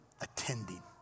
attending